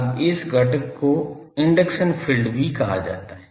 अब इस घटक को इंडक्शन फील्ड भी कहा जाता है